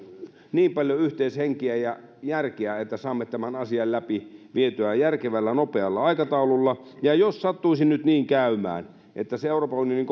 niin paljon yhteishenkeä ja järkeä että saamme tämän asian vietyä läpi järkevällä nopealla aikataululla ja jos sattuisi nyt niin käymään että euroopan unionin